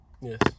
yes